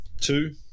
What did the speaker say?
Two